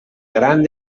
gran